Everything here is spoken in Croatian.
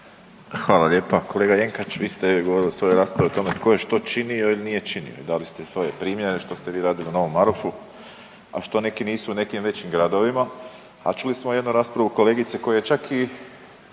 Hvala lijepa. Kolega Jenkač, vi ste govorili u svojoj raspravi o tome tko je što činio ili nije činio i dali ste svoje primjere što ste vi radili u Novom Marofu, a što neki nisu u nekim većim gradovima. A čuli smo jednu raspravu kolegice koja je čak i